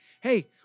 hey